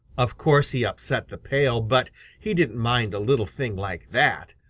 of course he upset the pail, but he didn't mind a little thing like that.